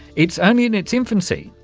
it's only in its infancy,